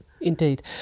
Indeed